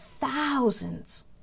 thousands